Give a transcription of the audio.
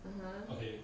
(uh huh)